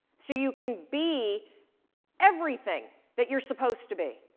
so you can be everything that you're supposed to be.